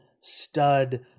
stud